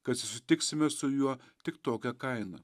kad susitiksime su juo tik tokia kaina